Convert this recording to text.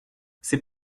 c’est